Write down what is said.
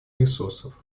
ресурсов